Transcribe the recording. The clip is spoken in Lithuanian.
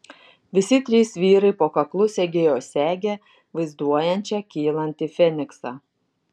visi trys vyrai po kaklu segėjo segę vaizduojančią kylantį feniksą